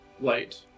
light